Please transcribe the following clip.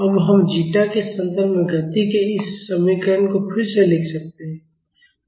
अब हम जीटा के संदर्भ में गति के इस समीकरण को फिर से लिख सकते हैं